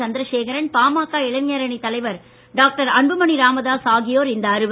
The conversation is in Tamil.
சந்திரசேரகன் பாமக இளைஞரணி தலைவர் டாக்டர் அன்புமணி ராமதாஸ் ஆகியோர் இந்த அறுவர்